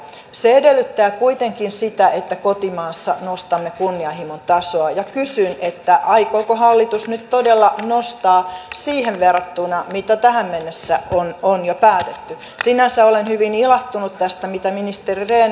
eduskunta edellyttää kuitenkin sitä että kotimaassa nostamme kunnianhimon tasoa ja kysyi että aikooko hallitus nyt todella nostaa siihen verrattuna mitä tähän mennessä on jo päästetty kiinassa on hyvin ilahtunut tästä mitä ministeriyteen